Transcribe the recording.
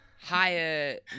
higher